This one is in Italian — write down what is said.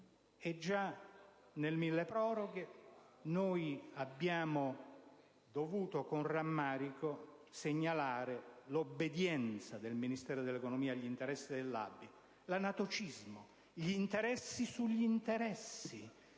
decreto milleproroghe abbiamo dovuto segnalare, con rammarico, l'obbedienza del Ministero dell'economia agli interessi dell'ABI, l'anatocismo, gli interessi sugli interessi,